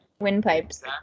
Windpipes